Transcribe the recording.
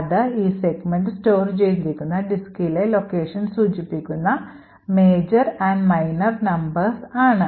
അത് ഈ Segment store ചെയ്തിരിക്കുന്ന ഡിസ്കിലെ location സൂചിപ്പിക്കുന്ന major and minor number ആണ്